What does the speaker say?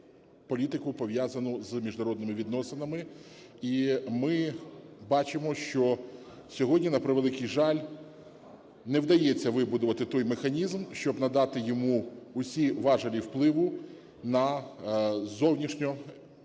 політику, пов'язану з міжнародними відносинами. І ми бачимо, що сьогодні, на превеликий жаль, не вдається вибудовувати той механізм, щоб надати йому усі важелі впливу на зовнішньополітичні